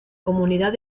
comunidad